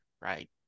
Right